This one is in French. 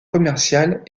commerciales